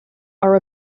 are